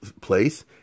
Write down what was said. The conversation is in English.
place